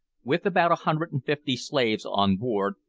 with about a hundred and fifty slaves on board,